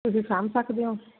ਤੁਸੀਂ ਸਾਂਭ ਸਕਦੇ ਓਂ